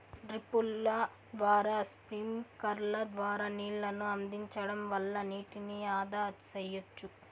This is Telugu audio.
డ్రిప్పుల ద్వారా స్ప్రింక్లర్ల ద్వారా నీళ్ళను అందించడం వల్ల నీటిని ఆదా సెయ్యచ్చు